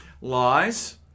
Lies